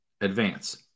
advance